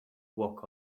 walk